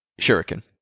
shuriken